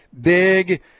big